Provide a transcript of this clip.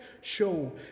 show